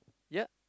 yeap